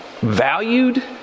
valued